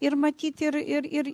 ir matyt ir ir ir